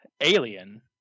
Alien